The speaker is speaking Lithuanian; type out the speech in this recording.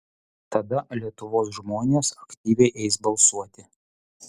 tada lietuvos žmonės aktyviai eis balsuoti